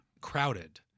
crowded